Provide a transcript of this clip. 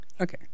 Okay